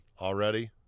already